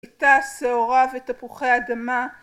חיטה, שעורה ותפוחי אדמה